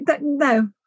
No